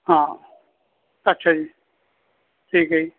ਹਾਂ ਅੱਛਾ ਜੀ ਠੀਕ ਹੈ ਜੀ